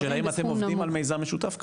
השאלה, אם אתם עובדים על מיזם משותף כזה?